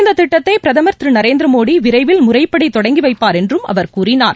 இந்த திட்டத்தை பிரதமர் திரு நரேந்திர மோடி விரைவில் முறைப்படி தொடங்கி வைப்பார் என்றும் அவர் கூறினார்